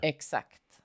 Exakt